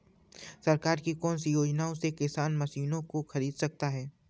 सरकार की कौन सी योजना से किसान मशीनों को खरीद सकता है?